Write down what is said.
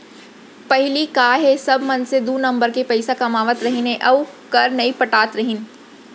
पहिली का हे सब मनसे दू नंबर के पइसा कमावत रहिन हे अउ कर नइ पटात रहिन